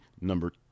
number